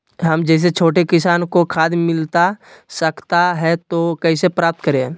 हम जैसे छोटे किसान को खाद मिलता सकता है तो कैसे प्राप्त करें?